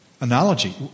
analogy